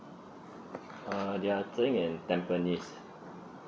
uh they're staying in tampines